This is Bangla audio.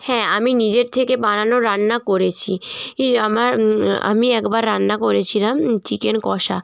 হ্যাঁ আমি নিজের থেকে বানানো রান্না করেছি আমার আমি একবার রান্না করেছিলাম চিকেন কষা